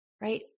right